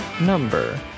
number